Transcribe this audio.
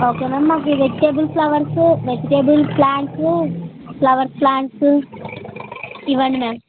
okay ma'am మాకు vegetable flowers vegetable plants flower plants ఇవ్వండి ma'am